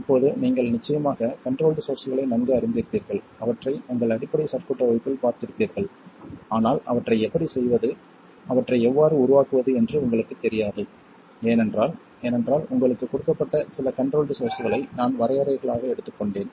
இப்போது நீங்கள் நிச்சயமாக கன்ட்ரோல்ட் சோர்ஸ்களை நன்கு அறிந்திருப்பீர்கள் அவற்றை உங்கள் அடிப்படை சர்க்யூட் வகுப்பில் பார்த்திருப்பீர்கள் ஆனால் அவற்றை எப்படி செய்வது அவற்றை எவ்வாறு உருவாக்குவது என்று உங்களுக்குத் தெரியாது ஏனென்றால் ஏனென்றால் உங்களுக்கு கொடுக்கப்பட்ட சில கன்ட்ரோல்ட் சோர்ஸ்களை நான் வரையறைகளாக எடுத்துக் கொண்டேன்